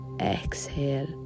exhale